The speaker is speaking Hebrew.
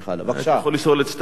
אני יכול לשאול את שתי השאילתות,